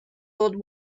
old